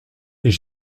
est